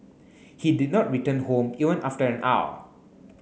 he did not return home even after an hour